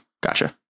Gotcha